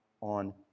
on